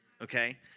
okay